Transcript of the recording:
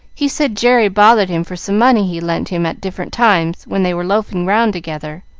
he said jerry bothered him for some money he lent him at different times when they were loafing round together,